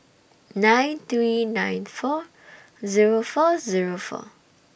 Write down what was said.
nine three nine four Zero four Zero four